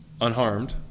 unharmed